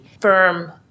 firm